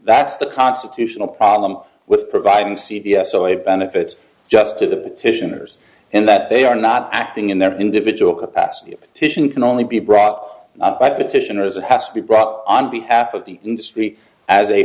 that's the constitutional problem with providing c d s so it benefits just to the petitioners in that they are not acting in their individual capacity titian can only be brought up by petitioners it has to be brought on behalf of the industry as a